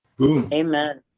Amen